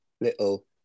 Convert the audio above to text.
little